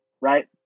right